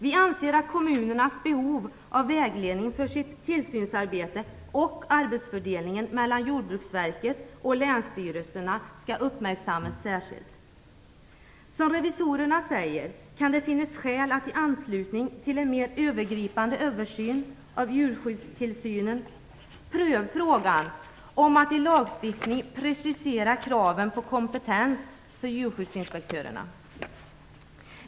Vi anser att kommunernas behov av vägledning för sitt tillsynsarbete och arbetsfördelningen mellan Jordbruksverket och länsstyrelserna särskilt skall uppmärksammas. Som revisorerna säger kan det finnas skäl att i anslutning till en mer övergripande översyn av djurskyddstillsynen pröva frågan om att i lagstiftning precisera kraven på kompetens för djurskyddsinspektörer.